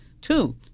Two